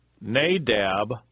Nadab